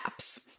apps